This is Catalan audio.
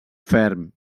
ferm